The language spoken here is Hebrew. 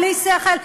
בלי שכל,